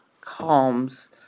calms